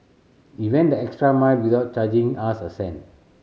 he went the extra mile without charging us a cent